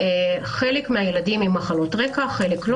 חלק מהילדים עם מחלות רקע, וחלק לא.